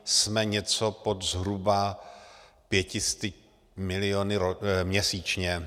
Jsme něco pod zhruba pěti sty miliony měsíčně.